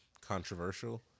controversial